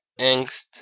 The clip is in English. angst